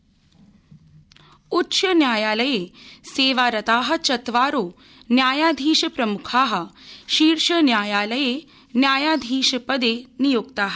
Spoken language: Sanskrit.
शीर्षन्यायालय उच्चन्यायालये सेवारता सचत्वारो न्यायाधीशप्रम्खा शीर्षन्यायालये न्यायाधीशपदे नियुक्ता